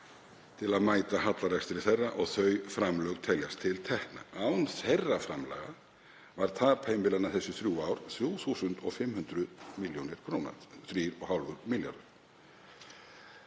til að mæta hallarekstri þeirra og þau framlög teljast til tekna. Án þeirra framlaga var tap heimilanna þessi þrjú ár 3.500 milljónir króna.“ Herra